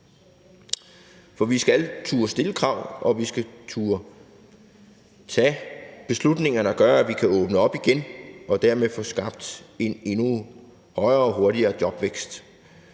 for vi skal turde stille krav, og vi skal turde tage beslutninger, der gør, at vi kan åbne op igen, og dermed få skabt en endnu højere og hurtigere jobvækst.